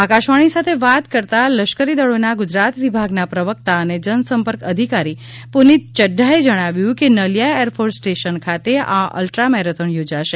આકાશવાણી સાથે વાત કરતાં લશ્કરી દળોના ગુજરાત વિભાગના પ્રવક્તા અને જનસંપર્ક અધિકારી પુનિત ચદ્દાચે જણાવ્યું કે નલિયા એરફોર્સ સ્ટેશન ખાતે આ અલ્ટ્રા મેરેથોન યોજાશે